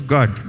God